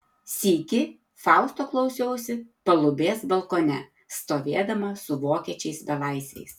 sykį fausto klausiausi palubės balkone stovėdama su vokiečiais belaisviais